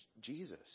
Jesus